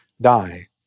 die